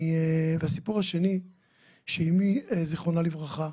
הסיפור השני הוא שאימי, זיכרונה לברכה,